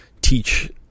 teach